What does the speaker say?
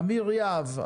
אמיר יהב,